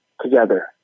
together